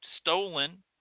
stolen